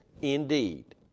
indeed